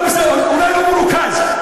אולי לא מרוכז.